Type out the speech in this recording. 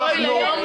אתה רואה?